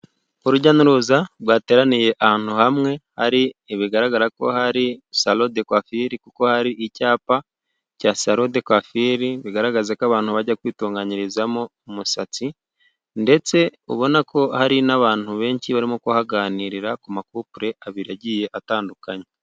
Urujya n'uruza rwateraniye ahantu hamwe hari bigaragara ko hari saro de kwafiri kuko hari icyapa cya saro de kwafiri, bigaragaze ko abantu bajya kwitunganirizamo umusatsi ndetse ubona ko hari n'abantu benshi barimo kuhaganirira ku makupure abiri agiye atandukanye.